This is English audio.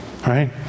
Right